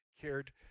cared